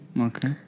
Okay